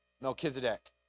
Melchizedek